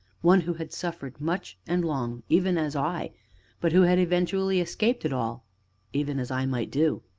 one who had suffered much and long even as i but who had eventually escaped it all even as i might do.